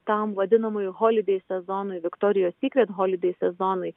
tam vadinamui holideis sezonui viktorijos sykret holideis sezonui